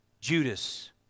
Judas